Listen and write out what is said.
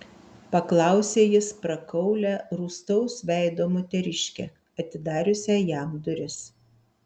paklausė jis prakaulią rūstaus veido moteriškę atidariusią jam duris